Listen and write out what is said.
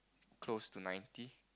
close to ninety